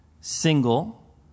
single